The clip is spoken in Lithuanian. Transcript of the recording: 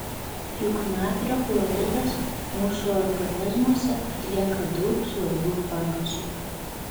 juk natrio chloridas mūsų organizmuose atlieka daug svarbių funkcijų